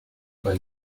weil